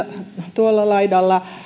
tuolla laidalla